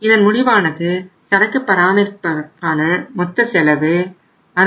இதன் முடிவானது சரக்கு பராமரிப்பிற்கான மொத்த செலவு 65